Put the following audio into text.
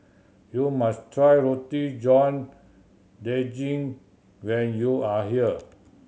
you must try Roti John Daging when you are here